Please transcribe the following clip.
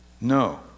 No